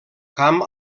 camp